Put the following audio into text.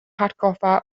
hatgoffa